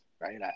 Right